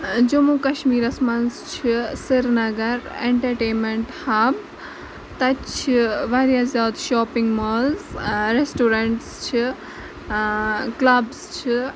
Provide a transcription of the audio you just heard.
جموں کَشمیٖرس منٛز چھِ سرینگر اینٹرٹینمینٹ ہب تَتہِ چھِ واریاہ زیادٕ شاپِنگ مالٕز ریسٹورنٹس چھِ کٕلبس چھِ